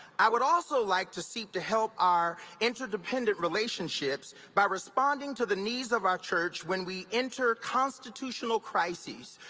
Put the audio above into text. i would also like to seek to help our interdependent relationships by responding to the needs of our church when we intercon's institutional crises,